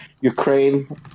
Ukraine